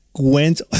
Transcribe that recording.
went